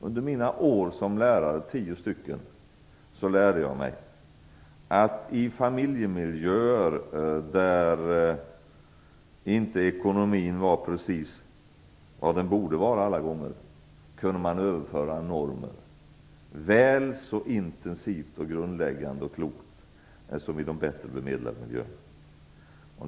Under mina tio år som lärare lärde jag mig att man i familjemiljöer där ekonomin inte alla gånger precis var vad den borde vara kunde överföra normer väl så intensivt, grundläggande och klokt som i de bättre bemedlades miljöer.